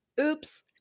Oops